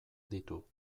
ditu